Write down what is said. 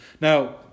Now